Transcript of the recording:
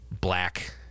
Black